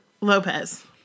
Lopez